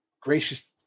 gracious